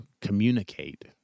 communicate